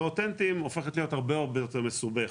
אותנטיים הופכת להיות הרבה הרבה יותר מסובכת,